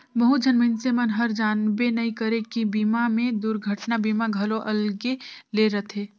बहुत झन मइनसे मन हर जानबे नइ करे की बीमा मे दुरघटना बीमा घलो अलगे ले रथे